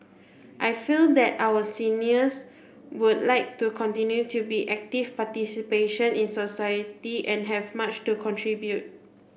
I feel that our seniors would like to continue to be active participation in society and have much to contribute